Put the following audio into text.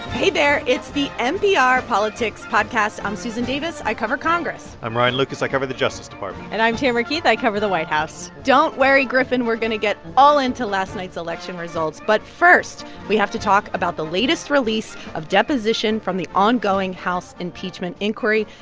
hey, there. it's the npr politics podcast. i'm susan davis. i cover congress i'm ryan lucas. i cover the justice department and i'm tamara keith. i cover the white house don't worry, griffin, we're going to get all into last night's election results. but first, we have to talk about the latest release of deposition from the ongoing house impeachment inquiry.